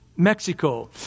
Mexico